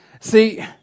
See